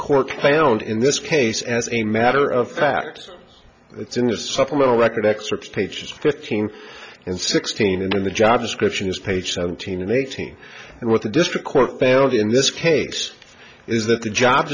court found in this case as a matter of fact it's in a supplemental record excerpts pages fifteen and sixteen and the job description is page seventeen and eighteen and what the district court found in this case is that the job